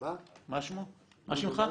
מה שמך?